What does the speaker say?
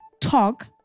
talk